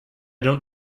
don’t